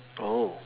oh